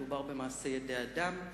מדובר במעשה ידי אדם,